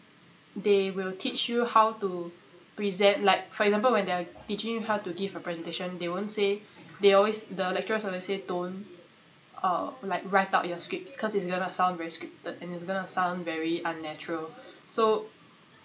they will teach you how to present like for example when they are teaching you how to give a presentation they won't say they always the lecturers always say don't uh or like write out your scripts cause it's gonna sound very scripted and it's going to sound very unnatural so